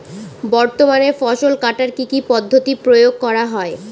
বর্তমানে ফসল কাটার কি কি পদ্ধতি প্রয়োগ করা হয়?